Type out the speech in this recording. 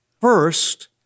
First